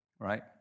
right